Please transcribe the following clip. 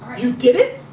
you did it.